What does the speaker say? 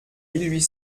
huit